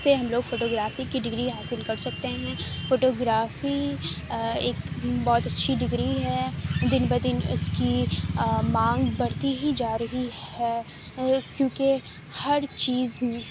سے ہم لوگ فوٹوگرافی کی ڈگری حاصل کر سکتے ہیں فوٹوگرافی ایک بہت اچھی ڈگری ہے دن بدن اس کی مانگ بڑھتی ہی جا رہی ہے کیوں کہ ہر چیز